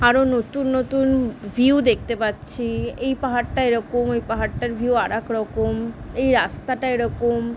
আরো নতুন নতুন ভিউ দেখতে পাচ্ছি এই পাহাড়টা এরকম এই পাহাড়টার ভিউ আরেক রকম এই রাস্তাটা এরকম